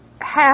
half